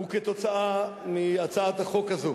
הוא תוצאה של הצעת החוק הזאת.